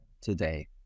today